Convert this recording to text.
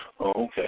Okay